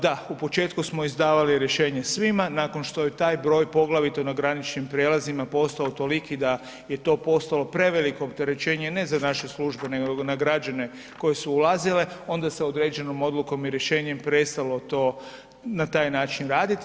Da, u početku smo izdavali rješenja svima, nakon što je taj broj poglavito na graničnim prijelazima postao toliki da je to postalo preveliko opterećenje ne za naše službe nego za građane koji su ulazili, onda se određenom odlukom i rješenjem prestalo to na taj način raditi.